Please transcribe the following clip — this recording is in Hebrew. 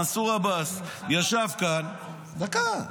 מנסור עבאס ישב כאן -- אתה --- דקה.